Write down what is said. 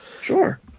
Sure